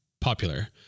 popular